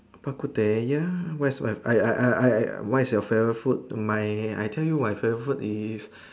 bak-kut-teh ya what's my I I I what's your favourite food my I tell you my favourite food is